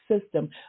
system